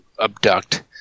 abduct